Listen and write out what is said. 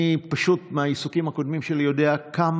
אני פשוט יודע מהעיסוקים הקודמים שלי כמה